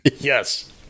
Yes